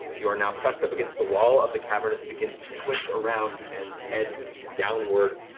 you are now pressed up against the wall of the cavern as it begins to twist around and head downward,